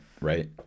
right